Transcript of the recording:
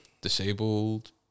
disabled